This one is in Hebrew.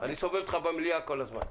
אני סובל אותך במליאה כל הזמן.